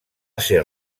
ser